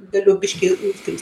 galiu biškį ir suklyst